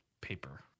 paper